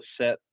set